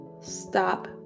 Stop